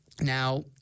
now